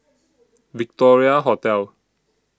Victoria Hotel